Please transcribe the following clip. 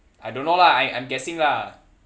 I don't know lah I I'm guessing lah